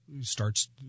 starts